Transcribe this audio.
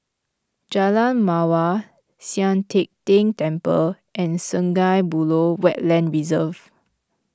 Jalan Mawar Sian Teck Tng Temple and Sungei Buloh Wetland Reserve